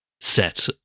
set